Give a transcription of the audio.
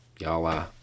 Y'all